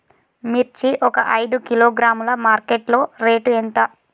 మిర్చి ఒక ఐదు కిలోగ్రాముల మార్కెట్ లో రేటు ఎంత?